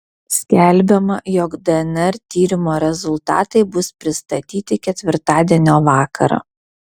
skelbiama jog dnr tyrimo rezultatai bus pristatyti ketvirtadienio vakarą